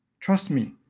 trust me,